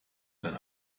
sein